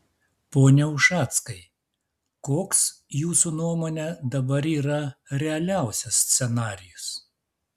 pone ušackai koks jūsų nuomone dabar yra realiausias scenarijus